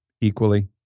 equally